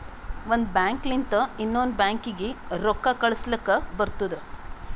ಒಂದ್ ಬ್ಯಾಂಕ್ ಲಿಂತ ಇನ್ನೊಂದು ಬ್ಯಾಂಕೀಗಿ ರೊಕ್ಕಾ ಕಳುಸ್ಲಕ್ ಬರ್ತುದ